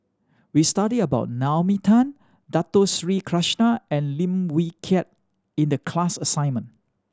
we studied about Naomi Tan Dato Sri Krishna and Lim Wee Kiak in the class assignment